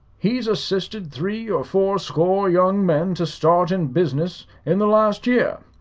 he's assisted three or four score young men to start in business in the last year,